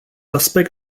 aspect